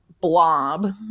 blob